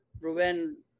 Ruben